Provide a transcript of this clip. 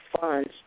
funds